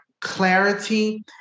clarity